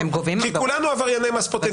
כי כולנו עברייני מס פוטנציאליים.